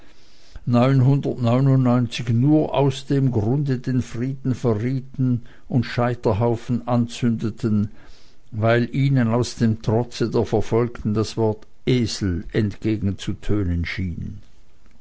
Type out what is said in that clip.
neunhundertneunundneunzig nur aus dem grunde den frieden verrieten und scheiterhaufen anzündeten weil ihnen aus dem trotze der verfolgten das wort esel entgegenzutönen schien